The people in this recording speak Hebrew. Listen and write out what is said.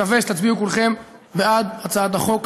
מקווה שתצביעו כולכם בעד הצעת החוק.